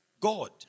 God